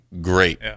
great